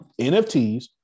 NFTs